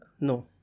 No